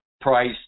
price